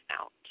out